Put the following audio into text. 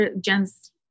Jen's